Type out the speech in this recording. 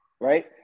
right